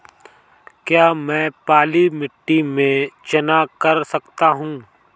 क्या मैं पीली मिट्टी में चना कर सकता हूँ?